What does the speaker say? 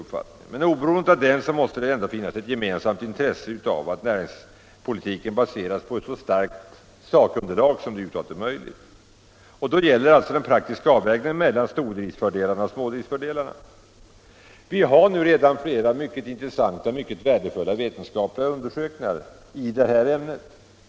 Men alldeles bortsett från denna olikhet måste det ändå finnas ett gemensamt intresse av att näringspolitiken baseras på ett så starkt sakunderlag som möjligt. Och då gäller det att göra en praktisk avvägning mellan stordriftens och smådriftens fördelar. Det har gjorts flera mycket intressanta och värdefulla vetenskapliga undersökningar om detta.